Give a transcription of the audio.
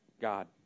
God